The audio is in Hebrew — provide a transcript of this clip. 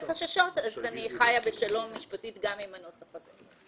חששות אז אני חיה בשלום משפטית גם עם הנוסח הזה.